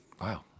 Wow